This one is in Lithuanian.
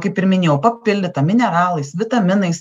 kaip ir minėjau papildytą mineralais vitaminais